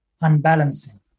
Unbalancing